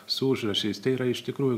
su užrašais tai yra iš tikrųjų